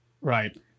Right